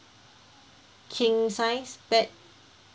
king size bed